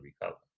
recover